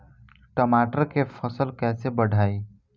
टमाटर के फ़सल कैसे बढ़ाई?